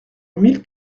mille